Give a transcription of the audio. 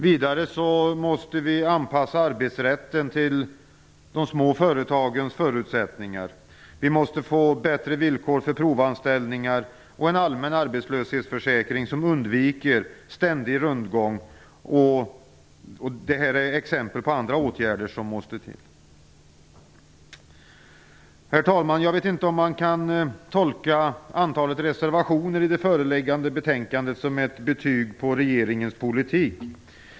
Vidare måste vi anpassa arbetsrätten till de små företagens förutsättningar. Vi måste få bättre villkor för provanställningar och en allmän arbetslöshetsförsäkring som undviker ständig rundgång. Detta är exempel på andra åtgärder som måste till. Herr talman! Jag vet inte om man kan tolka antalet reservationer i det föreliggande betänkandet som ett betyg på regeringens politik.